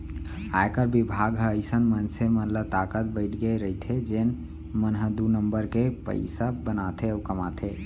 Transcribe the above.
आयकर बिभाग ह अइसन मनसे मन ल ताकत बइठे रइथे जेन मन ह दू नंबर ले पइसा बनाथे अउ कमाथे